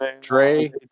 Trey